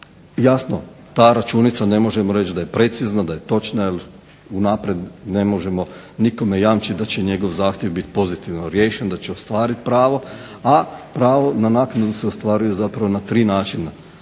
jasno, ta računica ne možemo reći da je precizna, da je točna jer unaprijed ne možemo nikome jamčiti da će njegov zahtjev biti pozitivno riješen, da će ostvarit pravo, a pravo na naknadu se ostvaruje zapravo na tri načina.